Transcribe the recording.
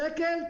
1.91 שקל.